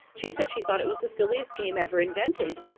she said she thought it was the silliest game ever invented.